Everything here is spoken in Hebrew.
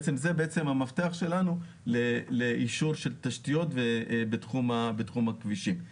זה בעצם המפתח שלנו לאישור של תשתיות בתחום הכבישים.